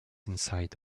inside